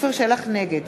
נגד